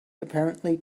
apparently